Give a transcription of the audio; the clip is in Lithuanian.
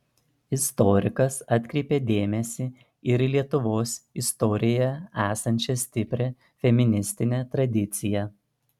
istorikas atkreipė dėmesį ir į lietuvos istorijoje esančią stiprią feministinę tradiciją